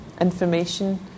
information